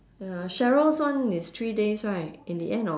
ya sheryl's one is three days right in the end or